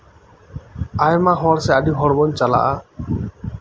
ᱟᱭᱢᱟ ᱦᱚᱲ ᱥᱮ ᱟᱹᱰᱤ ᱦᱚᱲ ᱵᱚᱱ ᱪᱟᱞᱟᱜᱼᱟ